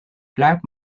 black